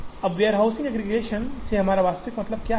अब warehouse aggregation से हमारा वास्तव में क्या मतलब है